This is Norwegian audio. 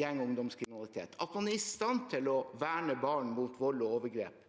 gjeng- og ungdomskriminalitet, om man er i stand til å verne barn mot vold og overgrep.